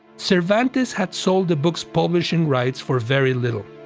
cervantes had sold the book's publishing rights for very little.